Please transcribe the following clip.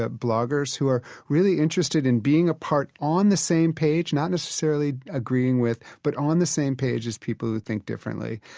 ah bloggers who are really interested in being a part on the same page, not necessarily agreeing with, but on the same page as people who think differently.